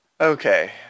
Okay